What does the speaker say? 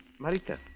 Marita